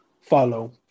follow